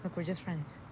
like we're just friends.